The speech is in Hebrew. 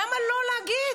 למה לא להגיד?